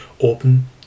open